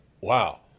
wow